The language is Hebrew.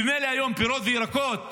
ממילא היום פירות וירקות